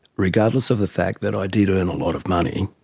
regardless of the fact that i did earn a lot of money,